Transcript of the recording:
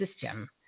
system